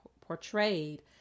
portrayed